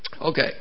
Okay